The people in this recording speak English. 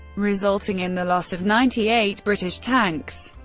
resulting in the loss of ninety eight british tanks.